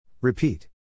Repeat